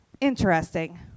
Interesting